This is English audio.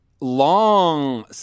long